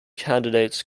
candidates